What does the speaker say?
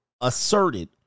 asserted